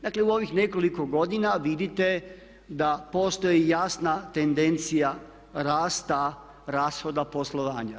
Dakle u ovih nekoliko godina vidite da postoji jasna tendencija rasta rashoda poslovanja.